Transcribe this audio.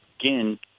again